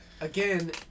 again